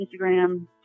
Instagram